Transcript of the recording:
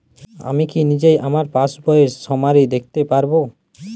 আমি কি নিজেই আমার পাসবইয়ের সামারি দেখতে পারব?